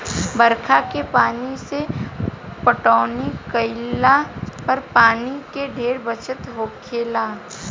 बरखा के पानी से पटौनी केइला पर पानी के ढेरे बचत होखेला